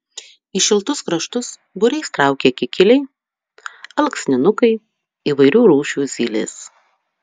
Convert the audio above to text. į šiltus kraštus būriais traukia kikiliai alksninukai įvairių rūšių zylės